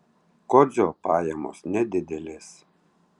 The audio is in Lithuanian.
kodzio pajamos nedidelės